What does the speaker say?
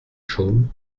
chaumes